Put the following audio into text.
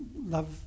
Love